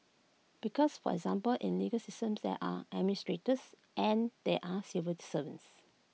because for example in legal systems there are administrators and there are civil to servants